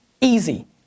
easy